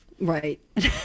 Right